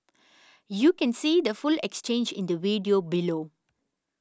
you can see the full exchange in the video below